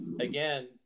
again